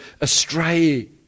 astray